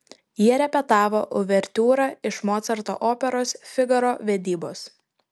jie repetavo uvertiūrą iš mocarto operos figaro vedybos